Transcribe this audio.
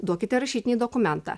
duokite rašytinį dokumentą